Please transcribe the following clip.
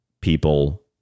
people